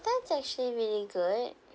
that's actually really good